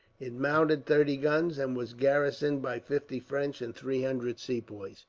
it mounted thirty guns, and was garrisoned by fifty french, and three hundred sepoys.